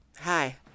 Hi